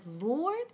lord